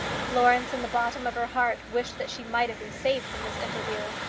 florence, in the bottom of her heart, wished that she might have been saved from this interview.